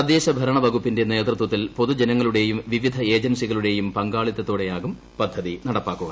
തദ്ദേശ ഭരണവകുപ്പിന്റെ നേതൃത്വത്തിൽ പൊതുജനങ്ങളുടെയും വിവിധ ഏജൻസികളുടെയും പ്പ്ങ്കാളിത്തത്തോടെയാകും പദ്ധതി നടപ്പാക്കുക